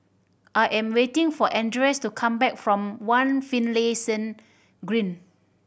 I am waiting for Andreas to come back from One Finlayson Green